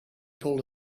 pulled